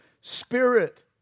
spirit